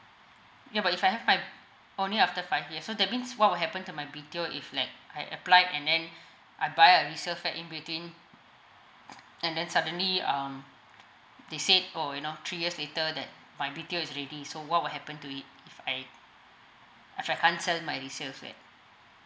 ya but if I I have my only after five years so that means what will happen to my B_T_O if like I apply and then I buy a resale flat in between and then suddenly um they said orh you know three years later that my B_T_O is ready so what will happen to it if I if I can't sell my resale flat